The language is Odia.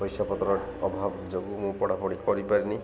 ପଇସା ପତ୍ର ଅଭାବ ଯୋଗୁ ମୁଁ ପଢ଼ାପଢ଼ି କରିପାରିନି